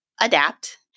adapt